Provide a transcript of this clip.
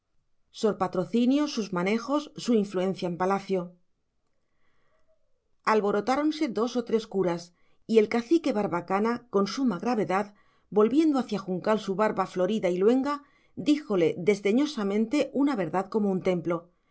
sor patrocinio sus manejos su influencia en palacio alborotáronse dos o tres curas y el cacique barbacana con suma gravedad volviendo hacia juncal su barba florida y luenga díjole desdeñosamente una verdad como un templo